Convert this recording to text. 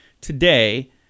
today